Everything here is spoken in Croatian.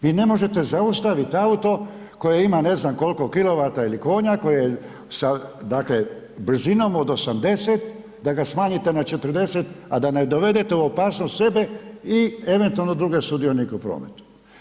Vi ne možete zaustaviti auto koji ima ne znam koliko kilovata ili konja, koje dakle sa brzinom od 80, da ga smanjite na 40 a da ne dovedete u opasnost sebe i eventualno druge sudionike u prometu.